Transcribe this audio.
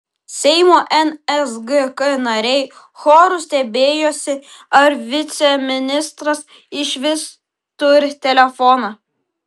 seimo nsgk nariai choru stebėjosi ar viceministras išvis turi telefoną